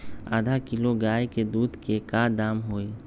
आधा किलो गाय के दूध के का दाम होई?